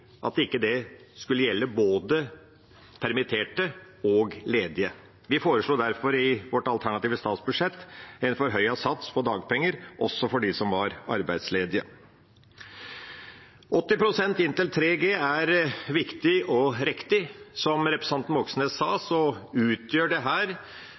det ikke skulle gjelde både permitterte og ledige. Vi foreslo derfor i vårt alternative statsbudsjett en forhøyet sats på dagpenger, også for dem som var arbeidsledige. 80 pst. inntil 3G er viktig og riktig. Som representanten Moxnes